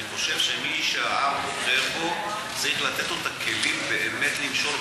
אני חושב שמי שהעם בוחר בו צריך לתת לו את הכלים באמת למשול,